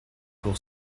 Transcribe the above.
pour